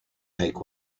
make